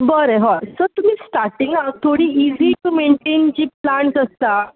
बरें हय सर तुमी स्टार्टींगाक थोडीं इजी टू मैनटैन जी प्लांट्स आसता